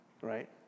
right